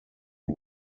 who